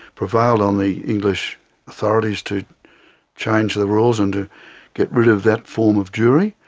prevailed on the english authorities to change the rules and to get rid of that form of jury.